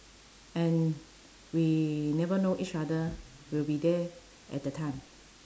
and we never know each other will be there at the time